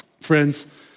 Friends